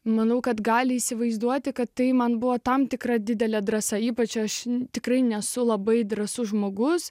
manau kad gali įsivaizduoti kad tai man buvo tam tikra didelė drąsa ypač aš tikrai nesu labai drąsus žmogus